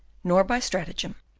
nor by stratagem,